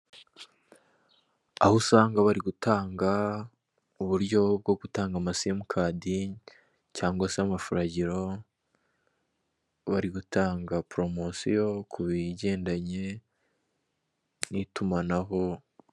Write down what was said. Aho usanga bari gutanga uburyo bwo gutanga ama simukadi cyangwa se amafuragiro bari gutanga poromosiyo kubigendanye n'itumanaho.